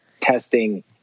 testing